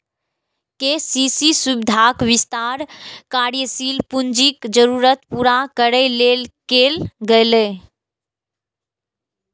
KCC सुविधाक विस्तार कार्यशील पूंजीक जरूरत पूरा करै लेल कैल गेलै